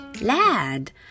Lad